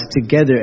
together